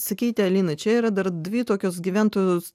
sakykit alina čia yra dar dvi tokios gyventojus